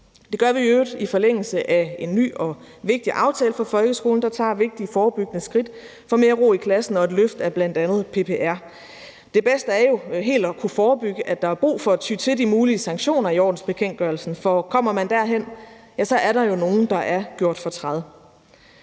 Det gør vi i øvrigt i forlængelse af en ny og vigtig aftale for folkeskolen, der tager vigtige forebyggende skridt for mere ro i klassen og et løft af bl.a. PPR. Det bedste er jo helt at kunne forebygge, at der er brug for at ty til de mulige sanktioner i ordensbekendtgørelsen, for kommer man derhen, ja, så er der jo nogle, der er gjort fortræd.